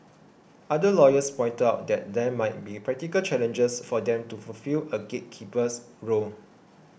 other lawyers pointed out that there might be practical challenges for them to fulfil a gatekeeper's role